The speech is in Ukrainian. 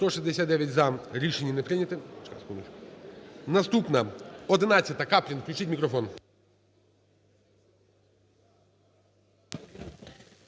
За-169 Рішення не прийнято. Наступна 11-а. Каплін, включіть мікрофон.